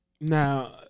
Now